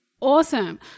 awesome